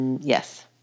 Yes